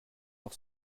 auch